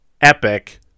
epic